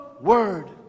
word